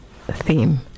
theme